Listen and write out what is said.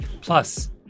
Plus